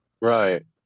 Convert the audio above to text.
Right